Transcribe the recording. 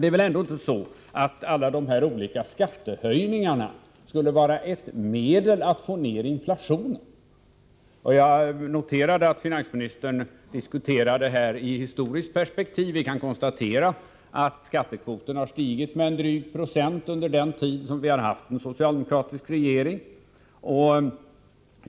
Det är väl ändå inte så att alla dessa olika skattehöjningar skall vara ett medel för att få ned inflationen? Jag noterade att finansministern på den här punkten diskuterade i ett historiskt perspektiv. Vi kan konstatera att skattekvoten har ökat med en dryg procent under den tid vi har haft en socialdemokratisk regering.